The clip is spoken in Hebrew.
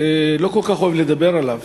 לא כל כך אוהב לדבר עליו.